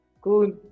Cool